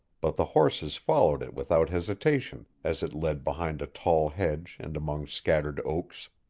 but the horses followed it without hesitation as it led behind a tall hedge and among scattered oaks.